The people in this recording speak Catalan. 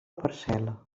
parcel·la